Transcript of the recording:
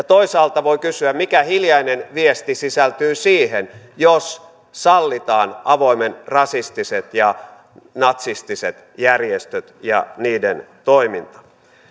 toisaalta voi kysyä mikä hiljainen viesti sisältyy siihen jos sallitaan avoimen rasistiset ja natsistiset järjestöt ja niiden toiminta